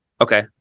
Okay